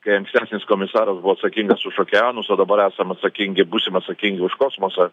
kai ankstesnis komisaras buvo atsakingas už okeanus o dabar esam atsakingi būsim atsakingi už kosmosą